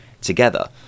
together